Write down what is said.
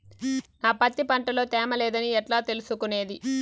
నా పత్తి పంట లో తేమ లేదని ఎట్లా తెలుసుకునేది?